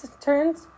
turns